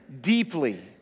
deeply